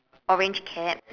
orange cap